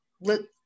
look